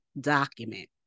document